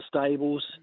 stables